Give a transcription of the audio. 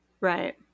Right